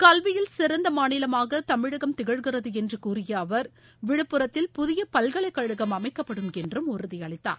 கல்வியில் சிறந்த மாநிலமாக தமிழகம் திகழ்கிறது என்று கூறிய அவர் விழுப்புரத்தில் புதிய பல்கலைகழகம் அமைக்கப்படும் என்றும் உறுதியளித்தார்